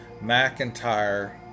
McIntyre